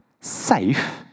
Safe